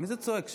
מי זה צועק שם?